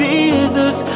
Jesus